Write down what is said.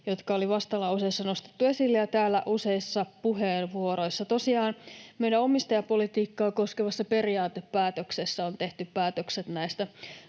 jotka oli vastalauseessa nostettu esille ja täällä useissa puheenvuoroissa: Tosiaan meidän omistajapolitiikkaa koskevassa periaatepäätöksessä on tehty päätökset näistä